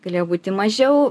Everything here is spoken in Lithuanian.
galėjo būti mažiau